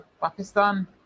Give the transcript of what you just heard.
Pakistan